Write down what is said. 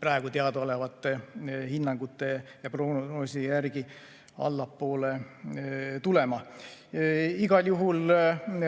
praegu teadaolevate hinnangute ja prognooside järgi, allapoole tulema. Igal juhul